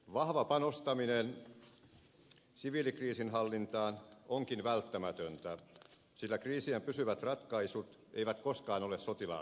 vahva panostaminen siviilikriisinhallintaan onkin välttämätöntä sillä kriisien pysyvät ratkaisut eivät koskaan ole sotilaallisia